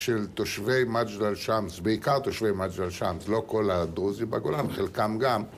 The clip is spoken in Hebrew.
של תושבי מג'דל שמס, בעיקר תושבי מג'דל שמס, לא כל הדרוזים בגולן, חלקם גם...